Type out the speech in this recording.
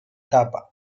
tapa